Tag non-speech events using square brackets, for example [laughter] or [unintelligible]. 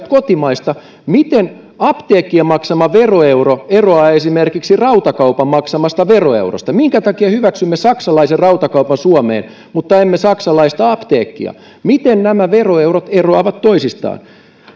[unintelligible] kotimaista miten apteekkien maksama veroeuro eroaa esimerkiksi rautakaupan maksamasta veroeurosta minkä takia hyväksymme saksalaisen rautakaupan suomeen mutta emme saksalaista apteekkia miten nämä veroeurot eroavat toisistaan